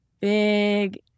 big